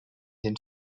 den